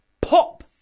Pop